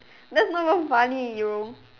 that's not even funny